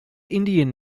indian